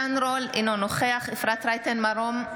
עידן רול, אינו נוכח אפרת רייטן מרום,